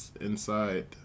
inside